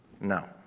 No